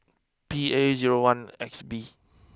P A zero one X B